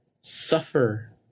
suffer